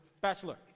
bachelor